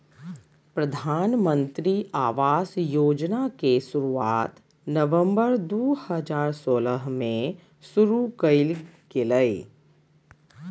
प्रधानमंत्री आवास योजना के शुरुआत नवम्बर दू हजार सोलह में शुरु कइल गेलय